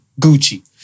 Gucci